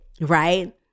right